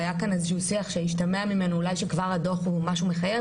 היה כאן איזשהו שיח שהשתמע ממנו אולי שכבר הדו"ח הוא משהו מחייב.